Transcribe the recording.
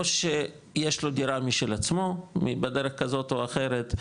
או שיש לו דירה משל עצמו בדרך כזאת או אחרת,